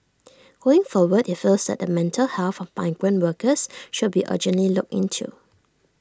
going forward he feels the mental health of migrant workers should be urgently looked into